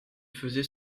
faisait